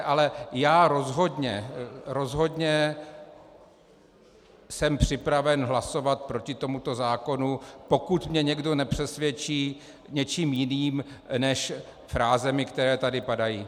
Ale rozhodně jsem připraven hlasovat proti tomuto zákonu, pokud mě někdo nepřesvědčí něčím jiným než frázemi, které tady padají.